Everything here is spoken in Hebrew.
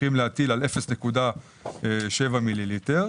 צריכים להטיל על 0.7 מיליליטר.